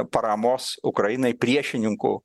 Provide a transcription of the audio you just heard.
paramos ukrainai priešininkų